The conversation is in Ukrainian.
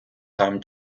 там